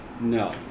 No